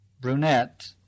Brunette